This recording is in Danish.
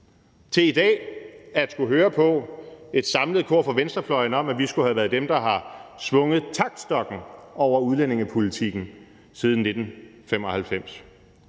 Og i dag skal man så høre på et samlet kor fra venstrefløjen om, at vi skulle have været dem, der har svunget taktstokken over udlændingepolitikken siden 1995.